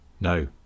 No